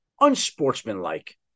unsportsmanlike